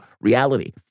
reality